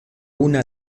una